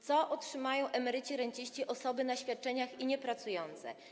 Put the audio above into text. Co otrzymają emeryci, renciści, osoby na świadczeniach i niepracujące?